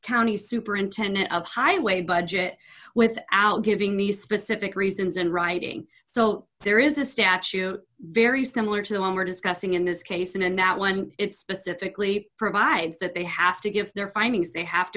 county superintendent of highway budget without giving me specific reasons in writing so there is a statute very similar to the one we're discussing in this case and that one it specifically provides that they have to give their findings they have to